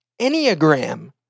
Enneagram